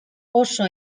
oso